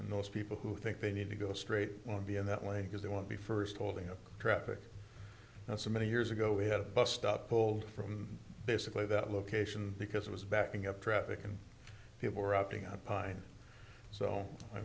and those people who think they need to go straight won't be in that way because they won't be first holding up traffic now so many years ago we had a bus stop pulled from basically that location because it was backing up traffic and people were opting out pine so i